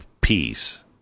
peace